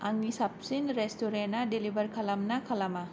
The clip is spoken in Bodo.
आंनि साबसिन रेस्टुरेन्टा दिलिभार खालामोना खालामा